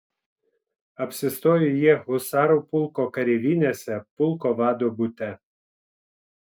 apsistojo jie husarų pulko kareivinėse pulko vado bute